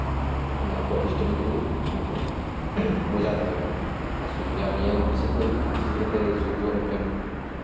ᱢᱟᱱᱮ ᱟᱠᱚᱣᱟᱜ ᱰᱤᱥᱴᱮᱱ ᱠᱚ ᱚᱱᱟ ᱫᱚ ᱵᱚᱡᱟᱭ ᱫᱚᱦᱚᱭᱟᱠᱚ ᱟᱥᱚᱞ ᱨᱮᱭᱟᱜ ᱱᱤᱭᱟᱹ ᱵᱤᱥᱮᱥ ᱫᱚ ᱦᱩᱭᱩᱜ ᱠᱟᱱᱟ ᱵᱤᱥᱮᱥᱟᱛᱮᱜ ᱥᱩᱨᱡᱚ ᱟᱜ ᱢᱤᱫᱴᱮᱱ